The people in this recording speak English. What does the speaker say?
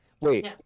Wait